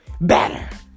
better